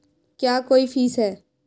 क्या कोई फीस है?